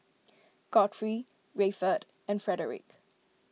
Godfrey Rayford and Frederick